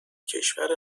کشور